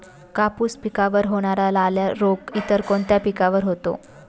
कापूस पिकावर होणारा लाल्या रोग इतर कोणत्या पिकावर होतो?